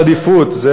סדר עדיפויות,